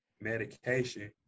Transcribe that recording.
medication